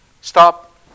Stop